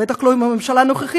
בטח לא עם הממשלה הנוכחית,